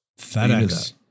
FedEx